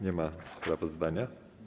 Nie ma sprawozdania?